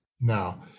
now